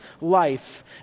life